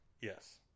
yes